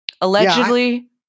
Allegedly